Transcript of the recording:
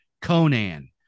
Conan